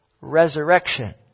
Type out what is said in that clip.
resurrection